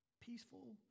Peaceful